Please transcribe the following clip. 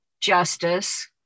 justice